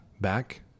back